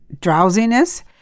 drowsiness